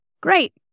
Great